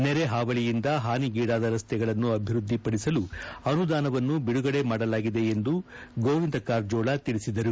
ನೆರೆ ಹಾವಳಿಯಿಂದ ಹಾನಿಗೀಡಾದ ರಸ್ತೆಗಳನ್ನು ಅಭಿವೃದ್ದಿಪಡಿಸಲು ಅನುದಾನವನ್ನು ಬಿಡುಗಡೆ ಮಾಡಲಾಗಿದೆ ಎಂದು ಗೋವಿಂದ ಕಾರಜೋಳ ತಿಳಿಸಿದರು